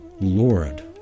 Lord